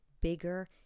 bigger